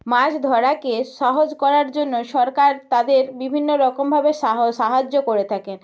মাছ ধরাকে সহজ করার জন্য সরকার তাদের বিভিন্ন রকমভাবে সাহা সাহায্য করে থাকেন